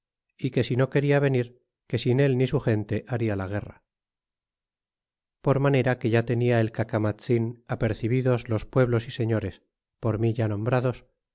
y que si no queda venir que sin él ni su gente haria la guerra por manera que ya tenia el cacamatzin apercebidos los pueblos y señores por mi ya nombrados